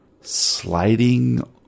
sliding